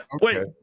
Wait